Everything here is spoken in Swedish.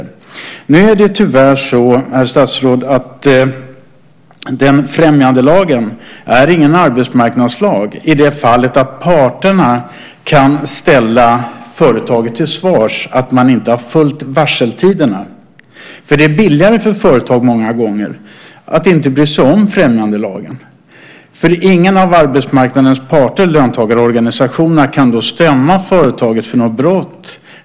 Nu är det tyvärr så, herr statsråd, att främjandelagen inte är någon arbetsmarknadslag i det fallet att parterna kan ställa företaget till svars om man inte har följt varseltiderna. Det är billigare för företag många gånger att inte bry sig om främjandelagen, för ingen av arbetsmarknadens parter, löntagarorganisationerna, kan stämma företaget för något brott.